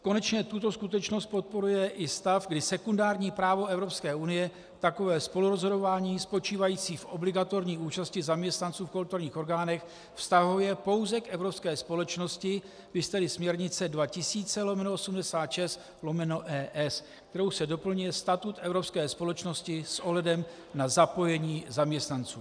Konečně tuto skutečnost podporuje i stav, kdy sekundární právo Evropské unie takové spolurozhodování spočívající v obligatorní účasti zaměstnanců v kontrolních orgánech vztahuje pouze k evropské společnosti, viz tedy směrnice 2000/86/ES, kterou se doplňuje statut evropské společnosti s ohledem na zapojení zaměstnanců.